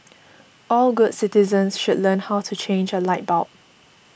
all good citizens should learn how to change a light bulb